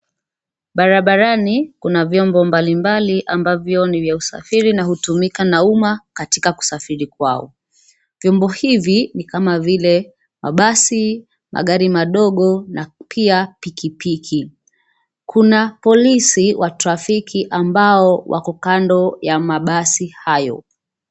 Barabarani kuna vyombo mbalimbali ambavyo ni vya usafiri na hutumika na umma katika kusafiri kwako. Vyombo hivi ni kama vile mabasi, magari madogo na pia pikipiki. Kuna polisi wa trafiki ambao wako kando ya mabasi hayo.